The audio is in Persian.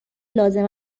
لازم